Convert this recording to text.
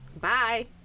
Bye